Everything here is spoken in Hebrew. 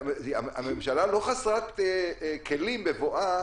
הממשלה לא חסרת כלים בבואה,